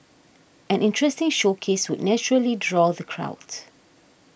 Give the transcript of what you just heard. an interesting showcase would naturally draw the crowd